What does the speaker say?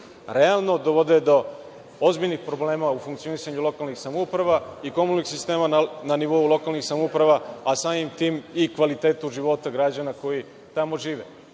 realno dovode do ozbiljnih problema u funkcionisanju lokalnih samouprava, i komunalnih sistema na nivou lokalnih samouprava, a samim tim i kvalitetu života građana koji tamo žive.